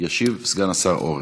ישיב סגן השר אורן.